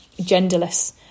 genderless